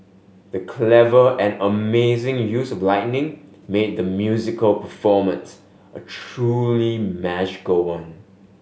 the clever and amazing use of lighting made the musical performance a truly magical one